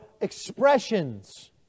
expressions